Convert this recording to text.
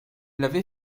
l’avez